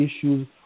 issues